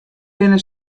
binne